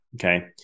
Okay